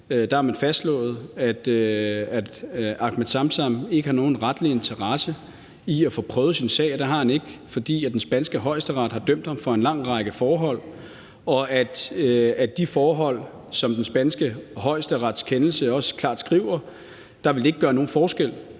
Der har man fastslået, at Ahmed Samsam ikke har nogen retlig interesse i at få prøvet sin sag, og det har han ikke, fordi den spanske højesteret har dømt ham for en lang række forhold, og at med de forhold – som der også står i den spanske højesterets kendelse – ville det ikke gøre nogen forskel,